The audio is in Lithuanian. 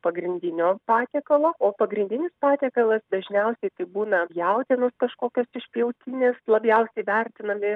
pagrindinio patiekalo o pagrindinis patiekalas dažniausiai tai būna jautienos kažkokios išpjautinės labiausiai vertinami